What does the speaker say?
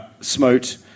Smote